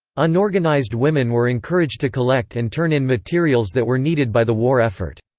unorganized women were encouraged to collect and turn in materials that were needed by the war effort.